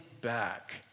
back